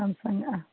Samsung ആ